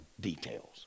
Details